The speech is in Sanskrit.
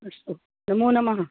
अस्तु नमो नमः